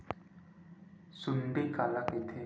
सुंडी काला कइथे?